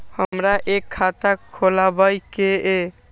हमरा एक खाता खोलाबई के ये?